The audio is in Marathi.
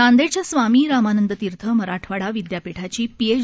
नांदेडच्यास्वामीरामानंदतीर्थमराठवाडाविद्यापीठाचीपीएच